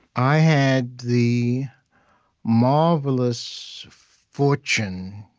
i had the marvelous fortune,